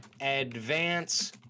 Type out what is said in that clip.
advance